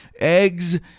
eggs